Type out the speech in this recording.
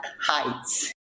heights